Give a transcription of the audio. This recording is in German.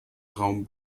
raum